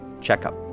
checkup